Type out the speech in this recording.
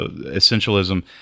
Essentialism